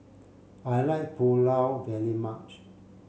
I like Pulao very much